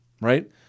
right